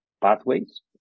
pathways